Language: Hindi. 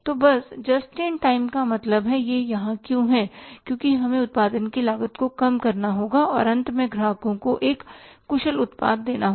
तो बस जस्ट इन टाइम का मतलब है कि यह यहाँ क्यों है क्योंकि हमें उत्पादन की लागत को कम करना होगा और अंत में ग्राहकों को एक कुशल उत्पाद देना होगा